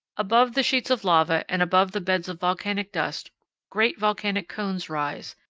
above the sheets of lava and above the beds of volcanic dust great volcanic cones rise,